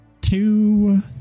two